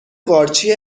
قارچی